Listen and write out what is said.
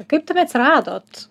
kaip ten atsiradot